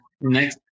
next